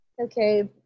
Okay